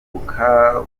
ubumuga